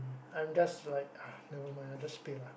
I'm just like never mind I just pay lah